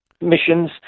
missions